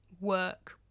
work